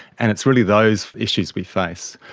and it's really those issues we face.